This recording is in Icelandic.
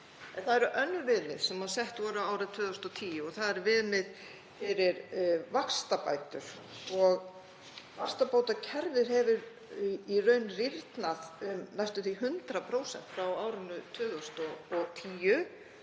Það eru önnur viðmið sem sett voru árið 2010 og það eru viðmið fyrir vaxtabætur. Vaxtabótakerfið hefur í raun rýrnað um næstum því 100% frá árinu 2010